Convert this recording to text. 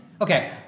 Okay